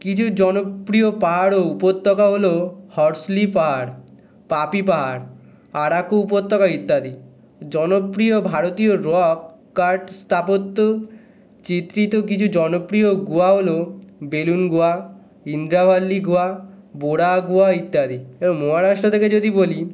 কিছু জনপ্রিয় পাহাড় ও উপত্যকা হলো হর্সলি পাহাড় পাপি পাহাড় আরাকু উপত্যকা ইত্যাদি জনপ্রিয় ভারতীয় রক কাট স্থাপত্য চিত্রিত কিছু জনপ্রিয় গুহা হলো বেলুন গুহা ইন্দ্রাভাল্লি গুহা বোরা গুহা ইত্যাদি এবার মহারাষ্ট্র থেকে যদি বলি